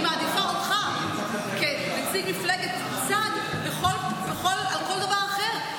אני מעדיפה אותך כנציג מפלגת צד על כל דבר אחר,